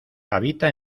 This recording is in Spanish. habita